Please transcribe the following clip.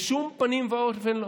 בשום פנים ואופן לא.